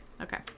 Okay